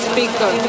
Speaker